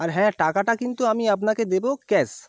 আর হ্যাঁ টাকাটা কিন্তু আমি আপনাকে দেবো ক্যাশ